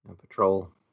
Patrol